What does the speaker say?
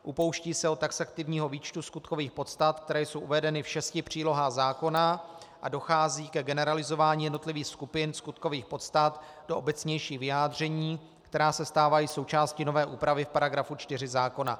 Upouští se od taxativního výčtu skutkových podstat, které jsou uvedeny v šesti přílohách zákona, a dochází ke generalizování jednotlivých skupin skutkových podstat do obecnějších vyjádření, která se stávají součástí nové úpravy v § 4 zákona.